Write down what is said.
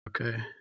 okay